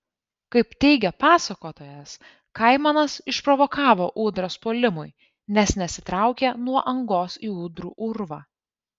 kaip teigia pasakotojas kaimanas išprovokavo ūdras puolimui nes nesitraukė nuo angos į ūdrų urvą